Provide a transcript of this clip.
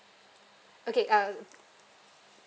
okay uh